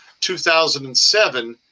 2007